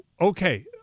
Okay